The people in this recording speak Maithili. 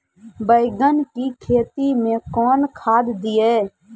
बैंगन की खेती मैं कौन खाद दिए?